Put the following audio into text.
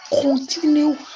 continue